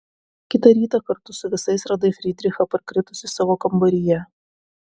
kitą rytą kartu su visais radai frydrichą parkritusį savo kambaryje